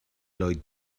lloyd